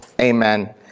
amen